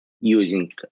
using